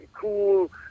cool